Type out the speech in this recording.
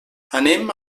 anem